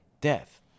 death